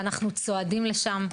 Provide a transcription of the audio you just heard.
אנחנו צועדים לשם.